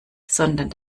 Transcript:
sondern